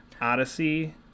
Odyssey